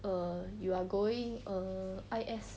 err you are going err I_S